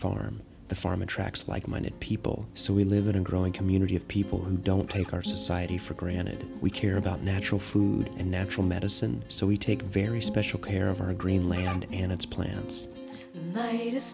farm the farm attracts like minded people so we live in a growing community of people who don't take our society for granted we care about natural food and natural medicine so we take very special care of our greenland